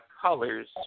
colors